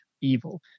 evil